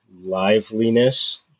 liveliness